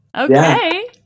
okay